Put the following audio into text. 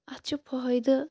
اَتھ چھِ فٲیدٕ